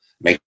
make